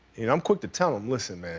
and i'm quick to tell him, listen, man,